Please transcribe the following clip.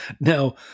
Now